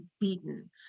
beaten